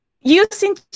Using